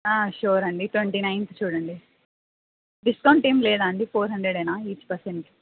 sure అండి twenty ninth చూడండి discount ఏం లేదా అండి ఫోర్ హండ్రెడ్ ఏనా ఈచ్ పర్సన్కి